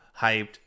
hyped